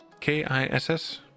K-I-S-S